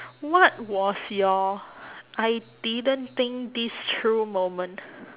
what was your I didn't think this through moment